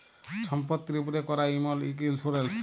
ছম্পত্তির উপ্রে ক্যরা ইমল ইক ইল্সুরেল্স